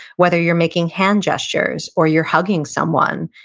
whether you're making hand gestures, or you're hugging someone,